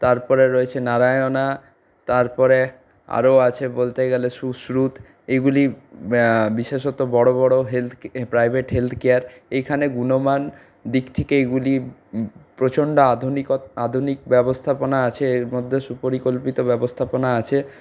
তারপরে রয়েছে নারায়ণা তারপরে আরও আছে বলতে গেলে সুশ্রুত এগুলি বিশেষত বড়ো বড়ো হেলথ প্রাইভেট হেলথ কেয়ার এইখানে গুণমান দিক থেকে এইগুলি প্রচন্ড আধুনিকত আধুনিক ব্যবস্থাপনা আছে এর মধ্যে সুপরিকল্পিত ব্যবস্থাপনা আছে